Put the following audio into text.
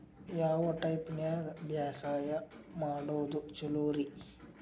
ಯಾವ ಟೈಪ್ ನ್ಯಾಗ ಬ್ಯಾಸಾಯಾ ಮಾಡೊದ್ ಛಲೋರಿ?